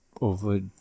over